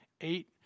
eight